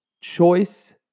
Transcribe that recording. Choice